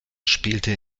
spielte